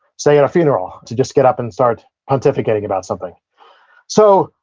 say, at a funeral, to just get up and start pontificating about something so,